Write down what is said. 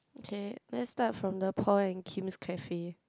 okay let's start from the Paul and Kim's cafe